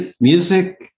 Music